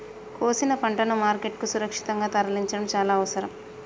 కోసిన పంటను మార్కెట్ కు సురక్షితంగా తరలించడం చాల అవసరం